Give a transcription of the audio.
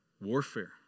warfare